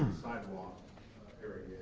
sidewalk area,